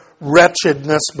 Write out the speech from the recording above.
wretchedness